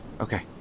okay